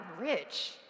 rich